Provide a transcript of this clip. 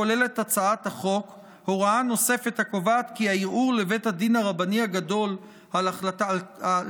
הצעת החוק כוללת הוראה הקובעת כי הערעור לבית הדין הרבני הגדול על החלטת